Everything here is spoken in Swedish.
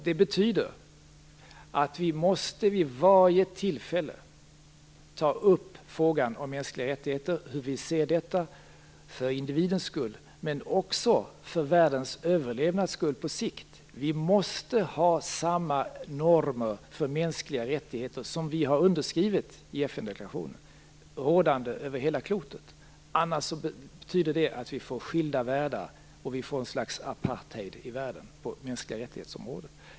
Det betyder att vi vid varje tillfälle måste ta upp frågan om mänskliga rättigheter och hur vi ser på den, för individens skull men också på sikt för världens överlevnads skull. Vi måste ha samma normer för mänskliga rättigheter som vi har skrivit under i FN deklarationen över hela klotet, annars får vi skilda världar och ett slags apartheid i världen på mänskligarättighets-området.